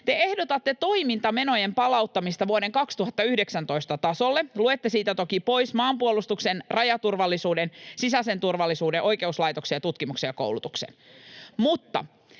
te ehdotatte toimintamenojen palauttamista vuoden 2019 tasolle. Luette siitä toki pois maanpuolustuksen, rajaturvallisuuden, sisäisen turvallisuuden, oikeuslaitoksen ja tutkimuksen ja koulutuksen, mutta